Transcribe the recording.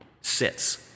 sits